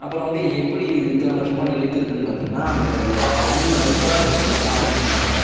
அப்புறம் வந்து எப்படி இது இத்தனை வர்ஷமாக நிலைத்து இருக்குன்னு பார்த்தீங்கன்னா அந்த மூணு அடுக்காக கொட்டின அந்த ஆற்று மணல் தான்